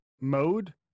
mode